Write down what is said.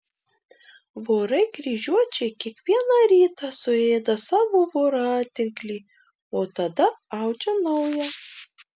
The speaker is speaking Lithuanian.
vorai kryžiuočiai kiekvieną rytą suėda savo voratinklį o tada audžia naują